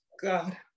god